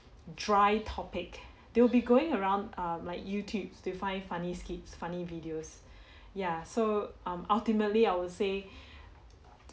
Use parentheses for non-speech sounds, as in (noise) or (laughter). dry topic they will be going around like youtubes to find funny skits funny videos (breath) ya so um ultimately I would say (breath)